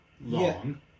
Long